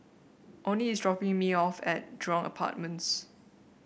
Oney is dropping me off at Jurong Apartments